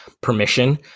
permission